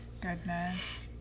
Goodness